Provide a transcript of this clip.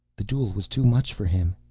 the duel was too much for him,